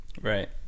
Right